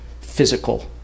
physical